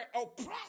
oppressed